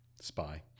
Spy